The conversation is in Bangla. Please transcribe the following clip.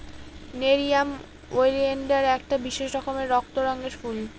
নেরিয়াম ওলিয়েনডার একটা বিশেষ রকমের রক্ত রঙের ফুল